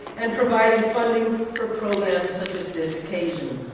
and providing funding for programs such as this occasion.